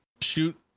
shoot